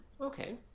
Okay